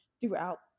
throughout